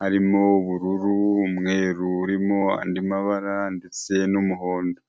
harimo ubururu, umweru urimo andi mabara ndetse n'umuhondo.